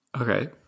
Okay